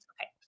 Okay